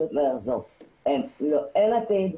אין עתיד,